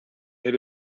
had